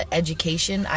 education